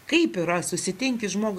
kaip yra susitinki žmogų